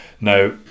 Now